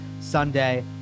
Sunday